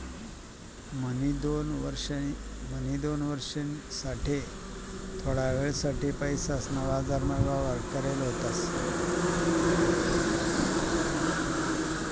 म्हणी दोन वर्ष साठे थोडा वेळ साठे पैसासना बाजारमा व्यवहार करेल होता